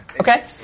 Okay